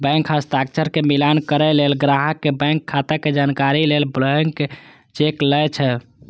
bank हस्ताक्षर के मिलान करै लेल, ग्राहक के बैंक खाता के जानकारी लेल ब्लैंक चेक लए छै